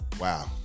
Wow